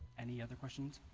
any other questions,